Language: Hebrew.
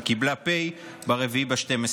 היא קיבלה פ' ב-4 בדצמבר.